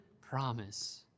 promise